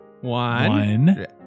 One